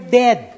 dead